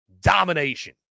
domination